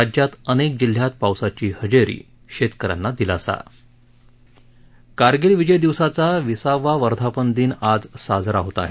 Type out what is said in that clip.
राज्यात अनेक जिल्ह्यात पावसाची हजेरी शेतक यांना दिलासा कारगिल विजय दिवसाचा विसावा वर्धापन दिन आज साजरा होत आहे